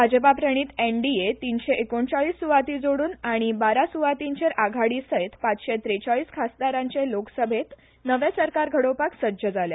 भाजपाप्रणित एनडीए तीनशे पस्तीस सुवाती जोड़न आनी सोळा सुवातींचेर आघाडीसयत पाचशे त्रेचाळीस खासदाराचे लोकसभेत नवे सरकार घडोवपाक सज्ज जाल्या